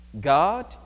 God